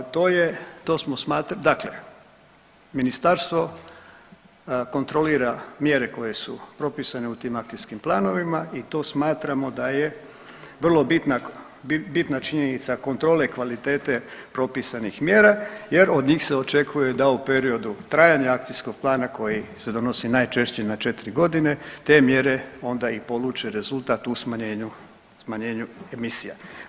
To je, to smo .../nerazumljivo/... dakle Ministarstvo kontrolira mjere koje su propisane u tim akcijskim planovima i to smatramo da je vrlo bitna činjenica kontrole kvalitete propisanih mjera jer od njih se očekuje da u periodu trajanja akcijskog plana koji se donosi najčešće na 4 godine te mjere onda i poluče u smanjenju emisija.